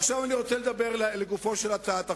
עכשיו, אני רוצה לדבר לגופה של הצעת החוק.